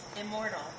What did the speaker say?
immortal